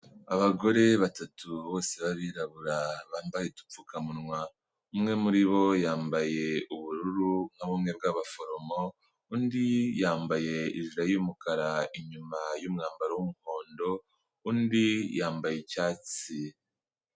Abagore batatu bose b'abirabura bambaye udupfukamunwa, umwe muri bo yambaye ubururu nka bumwe bw'abaforomo, undi yambaye ijile y'umukara inyuma y'umwambaro w'umuhondo, undi yambaye icyatsi.